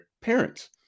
parents